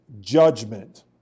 judgment